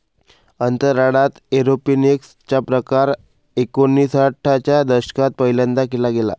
अंतराळात एरोपोनिक्स चा प्रकार एकोणिसाठ च्या दशकात पहिल्यांदा केला गेला